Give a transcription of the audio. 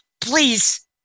please